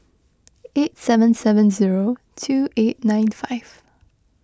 eight seven seven zero two eight nine five